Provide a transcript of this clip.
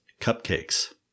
Cupcakes